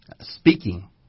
speaking